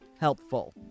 helpful